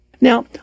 Now